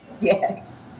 Yes